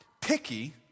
picky